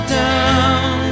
down